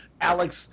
alex